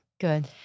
Good